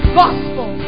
gospel